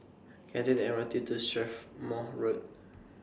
Can I Take The M R T to Strathmore Road